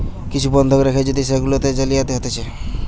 কিছু বন্ধক রেখে যদি সেগুলাতে জালিয়াতি হতিছে